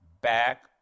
back